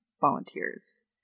volunteers